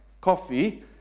coffee